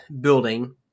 building